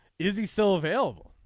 is he still available.